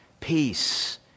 peace